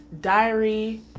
Diary